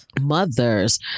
Mothers